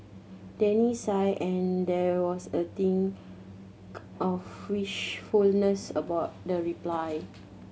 Danny sighed and there was a tinge of wistfulness about the reply